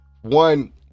one